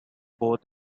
both